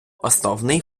основний